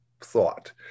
thought